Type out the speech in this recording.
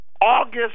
August